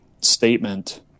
statement